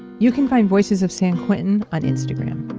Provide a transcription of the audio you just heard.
you can find voices of san quentin on instagram